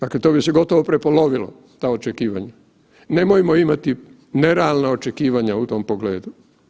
Dakle to bi se gotovo prepolovilo, ta očekivanja, nemojmo imati ne realna očekivanja u tom pogledu.